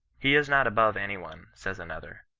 he is not above any one, says another.